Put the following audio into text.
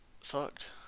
sucked